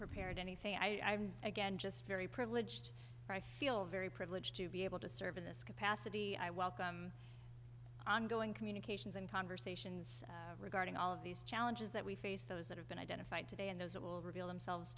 prepared anything i again just very privileged i feel very privileged to be able to serve in this capacity i welcome ongoing communications and conversations regarding all of these challenges that we face those that have been identified today and those that will reveal themselves